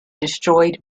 destroyed